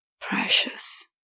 Precious